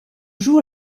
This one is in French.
jours